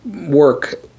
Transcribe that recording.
work